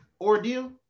Ordeal